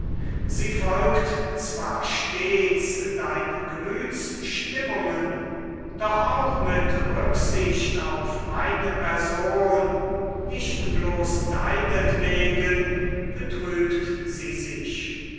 sie folgt zwar stets deinen gemüthsstimmungen doch mit rücksicht auf meine person nicht blos deinetwegen betrübt sie sich